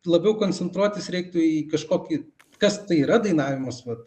labiau koncentruotis reiktų į kažkokį kas tai yra dainavimas vat